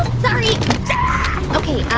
sorry ok,